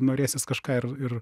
norėsis kažką ir ir